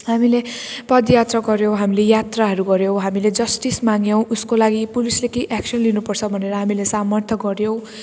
हामीले पदयात्रा गर्यौँ हामीले यात्राहरू गर्यौँ हामीले जस्टिस माग्यौँ उसको लागि पुलिसले केही एक्सन लिनुपर्छ भनेर हामीले सामर्थ्य गर्यौँ